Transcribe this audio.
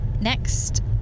next